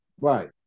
Right